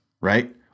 right